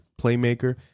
playmaker